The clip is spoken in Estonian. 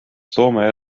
soome